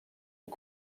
aux